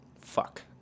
Fuck